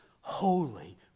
holy